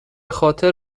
خاطر